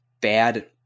bad